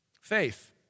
faith